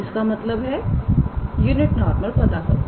तो इसका मतलब है यूनिट नॉर्मल पता करो